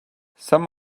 some